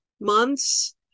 months